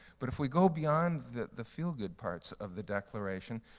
but if we go beyond the feel good parts of the declaration,